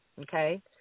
okay